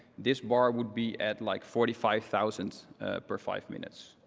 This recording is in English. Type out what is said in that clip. this bar would be at like forty five thousand per five minutes.